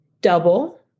Double